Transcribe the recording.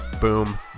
boom